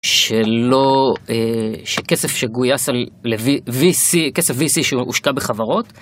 שכסף שגויס... כסף VC שהושקע בחברות